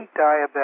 diabetic